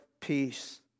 peace